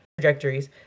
trajectories